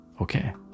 Okay